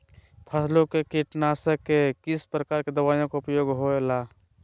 फसलों के कीटनाशक के किस प्रकार के दवाइयों का उपयोग हो ला?